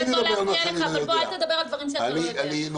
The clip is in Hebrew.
אז אני כן אדבר על מה שאני לא יודע.